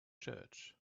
church